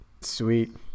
sweet